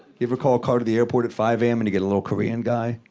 you ever call a car to the airport at five a m. and you get a little korean guy?